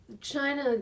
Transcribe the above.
China